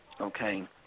okay